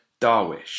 Darwish